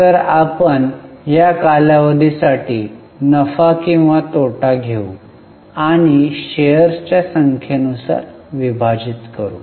तर आपण या कालावधी साठी नफा किंवा तोटा घेऊ आणि शेअर्सच्या संख्ये नुसार विभाजित करू